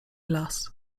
las